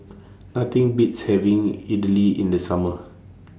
Nothing Beats having Idly in The Summer